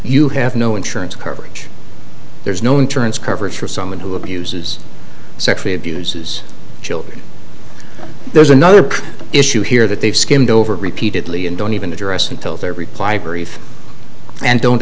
you have no insurance coverage there's no insurance coverage for someone who abuses sexually abuses children there's another issue here that they've skimmed over repeatedly and don't even address until their reply brief and don't